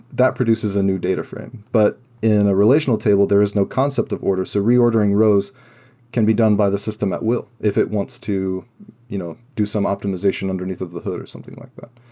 that produces a new data frame. but in a relational table, there is no concept of order. so reordering rows can be done by the system at will if it wants to you know do some optimization underneath of the hood or something like that.